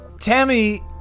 tammy